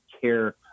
care